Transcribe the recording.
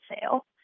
sale